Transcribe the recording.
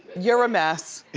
you're a mess.